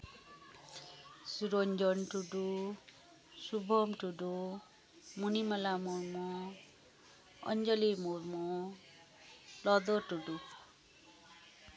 ᱱᱤᱨᱚᱧᱡᱚᱱ ᱴᱩᱰᱩ ᱥᱩᱵᱷᱚᱢ ᱴᱩᱰᱩ ᱢᱚᱱᱤᱢᱟᱞᱟ ᱢᱩᱨᱢᱩ ᱚᱧᱡᱚᱞᱤ ᱢᱩᱨᱢᱩ ᱞᱚᱫᱚ ᱴᱩᱰᱩ